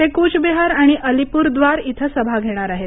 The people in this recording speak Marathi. ते कुचबिहार आणि अलीपूरद्वार इथं सभा घेणार आहेत